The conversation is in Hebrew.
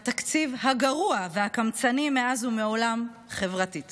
התקציב הגרוע והקמצני חברתית